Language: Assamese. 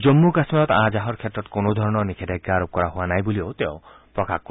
জম্মু কাশ্মীৰত আহ যাহৰ ক্ষেত্ৰত কোনোধৰণৰ নিষেধাজ্ঞা আৰোপ কৰা হোৱা নাই বুলিও তেওঁ প্ৰকাশ কৰে